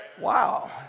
Wow